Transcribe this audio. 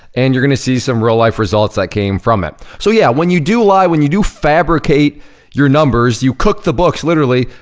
and you're gonna see some real-life results that came from it. so yeah, when you do lie, when you do fabricate your numbers, you cook the books, literally,